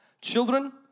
Children